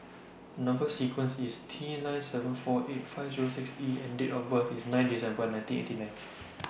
Number sequence IS T nine seven four eight five Zero six E and Date of birth IS nine December nineteen eighty nine